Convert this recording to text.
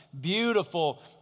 beautiful